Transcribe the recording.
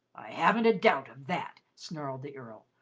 haven't a doubt of that, snarled the earl,